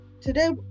today